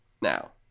now